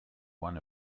one